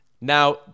Now